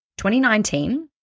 2019